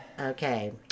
Okay